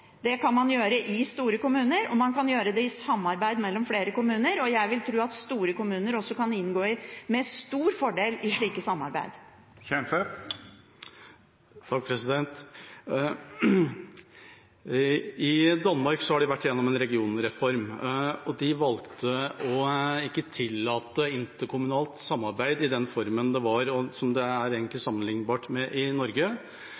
Det kan man gjøre i store kommuner, og man kan gjøre det i samarbeid mellom flere kommuner, og jeg vil tro at store kommuner også med stor fordel kan inngå i slike samarbeid. I Danmark har de vært gjennom en regionreform, og de valgte å ikke tillate interkommunalt samarbeid i den formen det var, som egentlig er sammenlignbart med Norge.